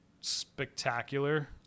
spectacular